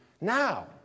now